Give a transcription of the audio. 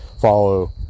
follow